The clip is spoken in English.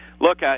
Look